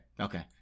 okay